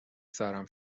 سرم